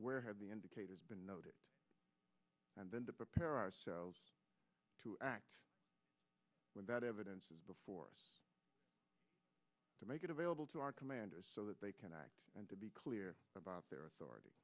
where have the indicators been noted and then to prepare ourselves to act without evidence before to make it available to our commanders so that they can act and to be clear about their authority